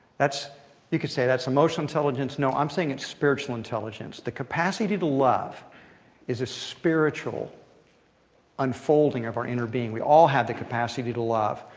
you could say that's emotional intelligence. no, i'm saying it's spiritual intelligence. the capacity to love is spiritual unfolding of our inner being. we all have the capacity to love.